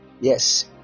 Yes